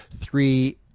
three